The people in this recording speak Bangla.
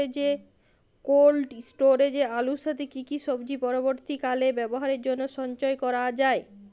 কোল্ড স্টোরেজে আলুর সাথে কি কি সবজি পরবর্তীকালে ব্যবহারের জন্য সঞ্চয় করা যায়?